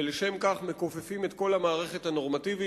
ולשם כך מכופפים את כל המערכת הנורמטיבית,